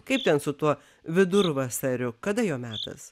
kaip ten su tuo vidurvasariu kada jo metas